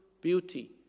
beauty